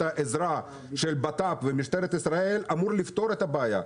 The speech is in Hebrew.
העזרה של בט"פ ומשטרת ישראל אמור לפתור את הבעיה.